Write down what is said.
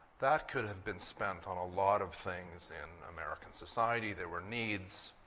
that could have been spent on a lot of things in american society. there were needs,